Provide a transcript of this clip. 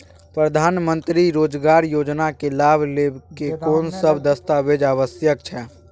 प्रधानमंत्री मंत्री रोजगार योजना के लाभ लेव के कोन सब दस्तावेज आवश्यक छै?